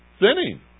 Sinning